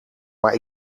maar